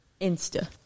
Insta